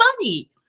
money